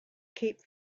cape